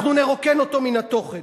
אנחנו נרוקן אותו מן התוכן.